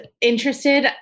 interested